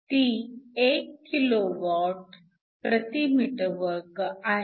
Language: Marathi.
ती 1 KWm2 आहे